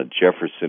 Jefferson